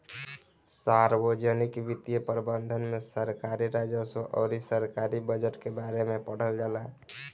सार्वजनिक वित्तीय प्रबंधन में सरकारी राजस्व अउर सरकारी बजट के बारे में पढ़ल जाला